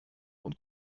und